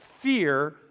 fear